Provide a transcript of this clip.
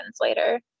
later